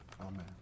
amen